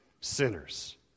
Sinners